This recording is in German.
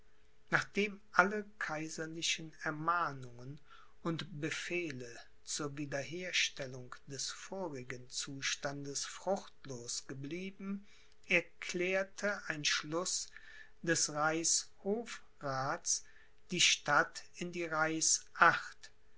nachdem alle kaiserlichen ermahnungen und befehle zur wiederherstellung des vorigen zustandes fruchtlos geblieben erklärte ein schluß des reichshofraths die stadt in die